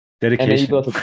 Dedication